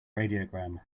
radiogram